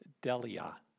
Delia